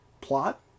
plot